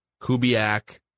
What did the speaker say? Kubiak